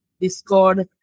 Discord